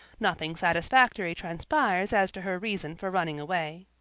nothing satisfactory transpires as to her reason for running away.